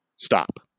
stop